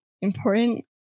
important